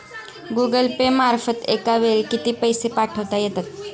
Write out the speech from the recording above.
Google Pay मार्फत एका वेळी किती पैसे पाठवता येतात?